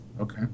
Okay